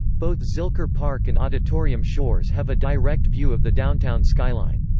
both zilker park and auditorium shores have a direct view of the downtown skyline.